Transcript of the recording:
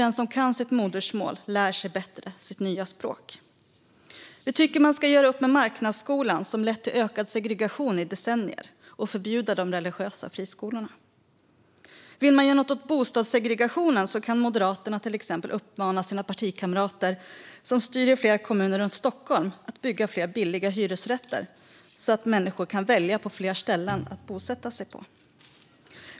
Den som kan sitt modersmål lär sig nämligen sitt nya språk bättre. Jag tycker att man ska göra upp med marknadsskolan, som har lett till ökad segregation i decennier, och förbjuda de religiösa friskolorna. Vill Moderaterna göra något åt bostadssegregationen kan de till exempel uppmana sina partikamrater som styr i flera kommuner runt Stockholm att bygga fler billiga hyresrätter så att människor har fler ställen där de kan välja att bosätta sig.